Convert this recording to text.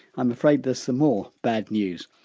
i'm afraid there's some more bad news.